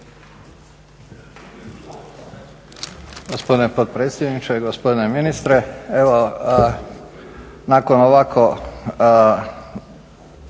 Hvala